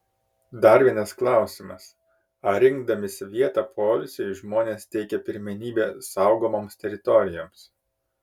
dar vienas klausimas ar rinkdamiesi vietą poilsiui žmonės teikia pirmenybę saugomoms teritorijoms